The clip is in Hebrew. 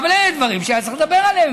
אבל אלה דברים שהיה צריך לדבר עליהם.